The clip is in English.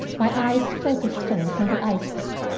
my eyes focused first on the icepick,